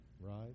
right